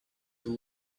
too